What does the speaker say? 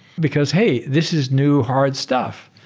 because, hey, this is new hard stuff.